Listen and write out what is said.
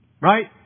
Right